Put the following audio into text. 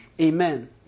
Amen